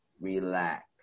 Relax